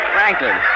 Franklin